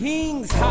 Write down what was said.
King's